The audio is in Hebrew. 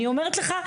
אני אומרת לך,